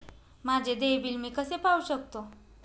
माझे देय बिल मी कसे पाहू शकतो?